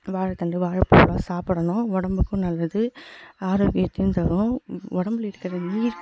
வாழைத்தண்டு வாழைப்பூலாம் சாப்பிடணும் உடம்புக்கும் நல்லது ஆரோக்கியத்தையும் தரும் உடம்புல இருக்கிற நீர்